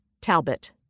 Talbot